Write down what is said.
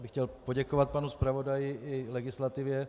Chtěl bych poděkovat panu zpravodaji i legislativě.